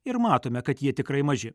ir matome kad jie tikrai maži